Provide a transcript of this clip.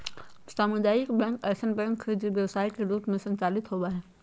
सामुदायिक बैंक ऐसन बैंक हइ जे व्यवसाय के रूप में संचालित होबो हइ